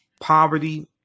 poverty